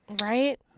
right